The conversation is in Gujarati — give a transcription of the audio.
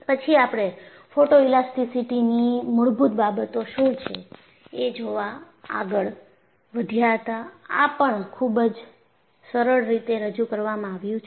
પછી આપણે ફોટોઇલાસ્ટીસીટીની મૂળભૂત બાબતો શું છે એ જોવા આગળ વધ્યા હતા આ પણ ખૂબ જ સરળ રીતે રજૂ કરવામાં આવ્યું છે